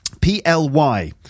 P-L-Y